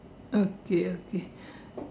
okay okay